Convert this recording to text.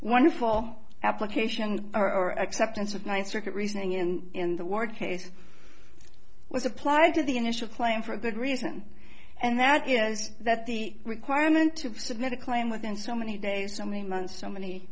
wonderful application or acceptance of ninth circuit reasoning and in the work case was applied to the initial claim for good reason and that is that the requirement to submit a claim within so many days so many months so many